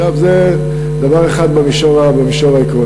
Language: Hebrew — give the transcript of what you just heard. זה דבר אחד, במישור העקרוני.